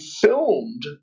filmed